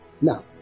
now